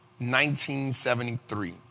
1973